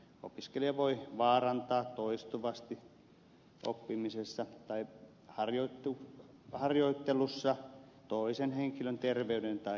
opiskelija voi vaarantaa toistuvasti oppimisessa tai harjoittelussa toisen henkilön terveyden tai turvallisuuden